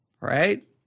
right